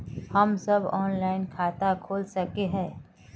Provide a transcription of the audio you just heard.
हम सब ऑनलाइन खाता खोल सके है?